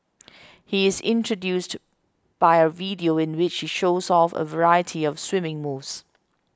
he is introduced by a video in which he shows off a variety of swimming moves